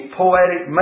poetic